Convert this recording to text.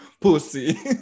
Pussy